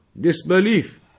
disbelief